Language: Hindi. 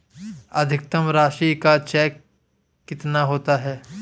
अधिकतम राशि का चेक कितना होता है?